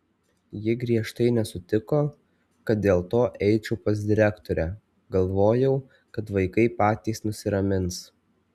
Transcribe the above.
ji griežtai nesutiko kad dėl to eičiau pas direktorę galvojau kad vaikai patys nusiramins